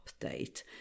update